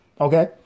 Okay